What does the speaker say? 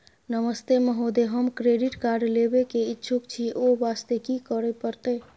नमस्ते महोदय, हम credit card लेबे के इच्छुक छि ओ वास्ते की करै परतै?